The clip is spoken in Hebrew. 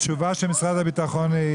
התשובה של משרד הביטחון,